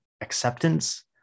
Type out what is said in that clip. acceptance